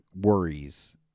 worries